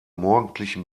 morgendlichen